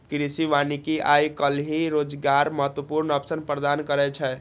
कृषि वानिकी आइ काल्हि रोजगारक महत्वपूर्ण अवसर प्रदान करै छै